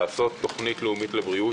לעשות תוכנית ממלכתית לבריאות,